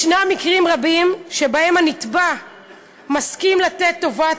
ישנם מקרים רבים שבהם הנתבע מסכים לתת טובת